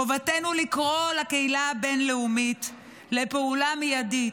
חובתנו לקרוא לקהילה הבין-לאומית לפעולה מיידית,